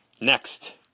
Next